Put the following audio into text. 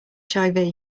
hiv